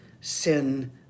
Sin